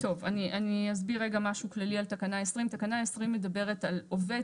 אני אסביר רגע משהו כללי על תקנה 20. תקנה 20 מדברת על עובד